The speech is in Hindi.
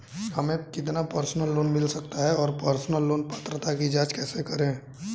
हमें कितना पर्सनल लोन मिल सकता है और पर्सनल लोन पात्रता की जांच कैसे करें?